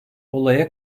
olaya